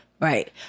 right